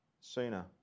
sooner